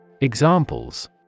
Examples